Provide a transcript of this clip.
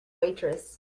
waitress